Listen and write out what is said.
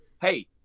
Hey